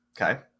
Okay